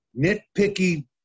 nitpicky